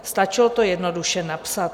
Stačilo to jednoduše napsat.